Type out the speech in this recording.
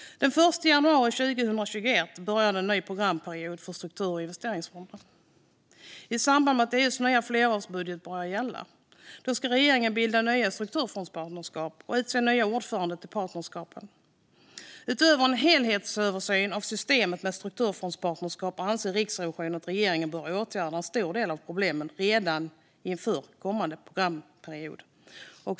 Den 1 januari 2021 börjar en ny programperiod för struktur och investeringsfonderna i samband med att EU:s nya flerårsbudget börjar gälla. Då ska regeringen bilda nya strukturfondspartnerskap och utse nya ordförande till partnerskapen. Utöver en helhetsöversyn av systemet med strukturfondspartnerskap anser Riksrevisionen att regeringen bör åtgärda en stor del av problemen redan inför kommande programperiod.